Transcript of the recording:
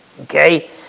Okay